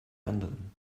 anderen